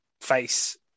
face